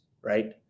right